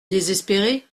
désespéré